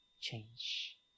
change